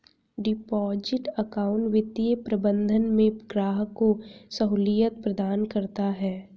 deposit account वित्तीय प्रबंधन में ग्राहक को सहूलियत प्रदान करता है